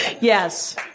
Yes